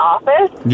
Office